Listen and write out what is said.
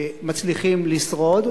מצליחים לשרוד,